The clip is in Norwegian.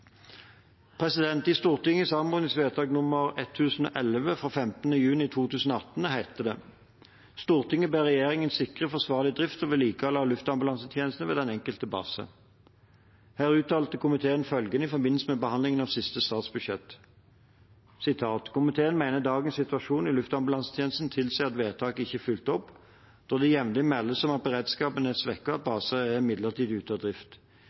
I Stortingets anmodningsvedtak nr. 1011 fra 15. juni 2018 heter det: «Stortinget ber regjeringen sikre forsvarlig drift og vedlikehold av luftambulansene ved den enkelte base.» Her uttalte komiteen følgende i forbindelse med behandlingen av siste statsbudsjett: «Komiteen mener dagens situasjon i luftambulansetjenesten tilsier at vedtaket ikke er fulgt opp, da det jevnlig meldes om at beredskapen er svekket og at baser er midlertidig ute av drift.